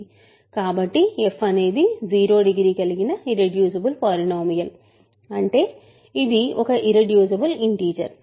కాబట్టి f అనేది 0 degree కలిగిన ఇర్రెడ్యూసిబుల్ పాలినోమియల్ అంటే ఇది ఒక ఇర్రెడ్యూసిబుల్ ఇంటిజర్